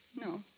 No